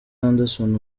anderson